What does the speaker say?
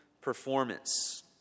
performance